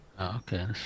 Okay